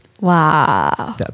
Wow